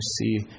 see